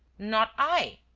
not i!